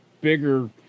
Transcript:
bigger